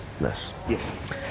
yes